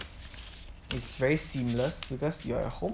it's very seamless because you are at home